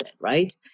right